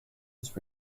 was